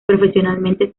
profesionalmente